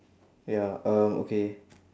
ya uh okay